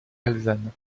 alezane